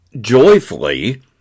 joyfully